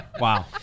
Wow